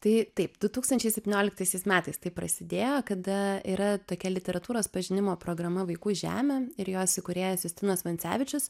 tai taip du tūkstančiai septynioliktaisiais metais tai prasidėjo kada yra tokia literatūros pažinimo programa vaikų žemė ir jos įkūrėjas justinas vancevičius